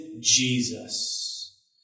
Jesus